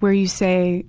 where you say,